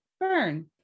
burn